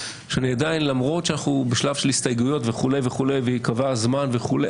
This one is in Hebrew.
למרות שאנחנו בשלב של הסתייגויות וייקבע הזמן וכולי,